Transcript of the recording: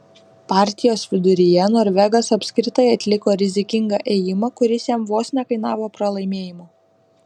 partijos viduryje norvegas apskritai atliko rizikingą ėjimą kuris jam vos nekainavo pralaimėjimo